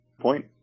Point